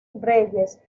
reyes